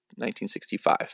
1965